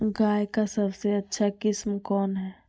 गाय का सबसे अच्छा किस्म कौन हैं?